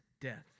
death